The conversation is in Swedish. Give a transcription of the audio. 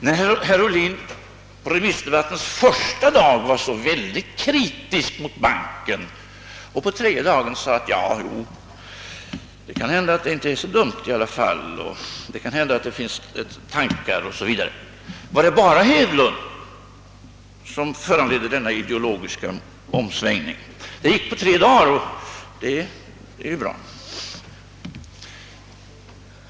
Herr Ohlin var ju på remissdebattens första dag ytterst kritisk mot banken för att på debattens tredje dag säga, att förslaget kanske inte är så dumt i alla fall — det kan hända att det ligger vissa tankar bakom det o.s.v. Var det bara herr Hedlund som föranledde denna ideologiska omsvängning? Den gick på tre dagar, och det är ju bra.